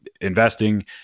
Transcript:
investing